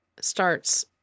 starts